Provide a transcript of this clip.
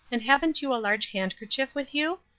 and haven't you a large handkerchief with you?